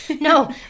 No